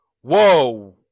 whoa